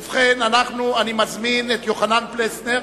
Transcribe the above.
ובכן, אני מזמין את יוחנן פלסנר